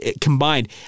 combined